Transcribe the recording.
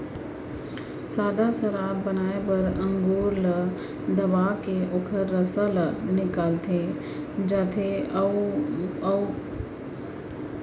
सादा सराब बनाए बर अंगुर ल दबाके ओखर रसा ल निकाल ले जाथे अउ फोकला ल अलग कर देथे